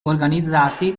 organizzati